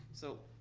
so,